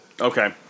Okay